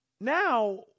Now